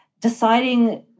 deciding